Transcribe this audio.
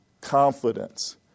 confidence